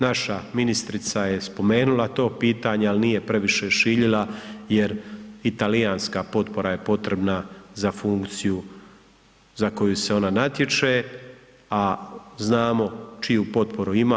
Naša ministrica je spomenula to pitanje, ali nije previše šiljila jer i talijanska potpora je potrebna za funkciju za koju se onda natječe, a znamo čiju potporu ima.